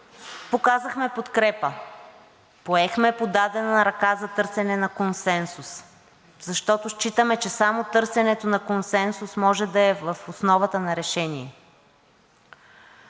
показахме подкрепа, поехме подадената ръка за търсене на консенсус, защото считаме, че само търсенето на консенсус може да е в основата на решение.